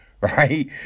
Right